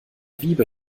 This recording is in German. wiebe